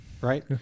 right